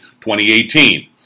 2018